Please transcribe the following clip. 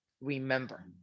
remember